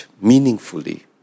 meaningfully